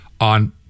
on